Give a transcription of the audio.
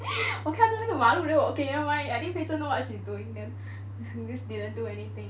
我看到那个马路 then okay never mind I think Peizhen knows what she's doing then I just didn't do anything